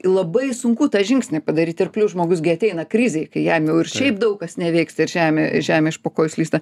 labai sunku tą žingsnį padaryti ir plius žmogus gi ateina krizėj kai jam jau ir šiaip daug kas nevyksta ir žemė žemė iš po kojų slysta